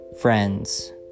friends